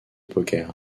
poker